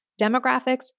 demographics